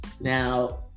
Now